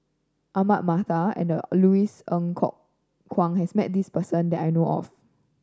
Ahmad Mattar and Louis Ng Kok Kwang has met this person that I know of